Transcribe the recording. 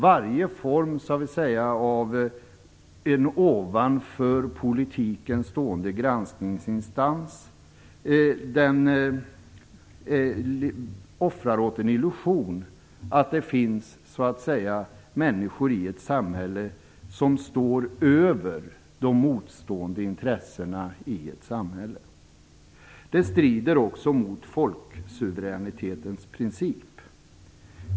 Varje form av en ovanför politiken stående granskningsinstans offrar åt en illusion att det finns människor i ett samhälle som står över de motstående intressena i ett samhälle. Det strider också mot folksuveränitetens princip.